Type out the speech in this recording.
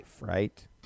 right